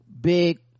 big